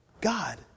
God